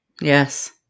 Yes